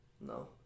No